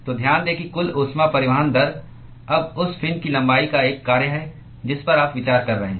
तो ध्यान दें कि कुल ऊष्मा परिवहन दर अब उस फिन की लंबाई का एक कार्य है जिस पर आप विचार कर रहे हैं